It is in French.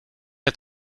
est